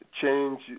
change